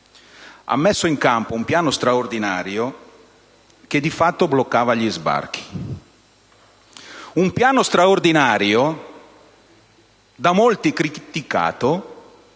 ha messo in campo un piano straordinario che di fatto bloccava gli sbarchi. Un piano straordinario da molti criticato